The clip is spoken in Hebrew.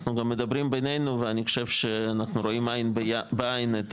אנחנו גם מדברים בינינו ואני חושב שאנחנו רואים עין בעין את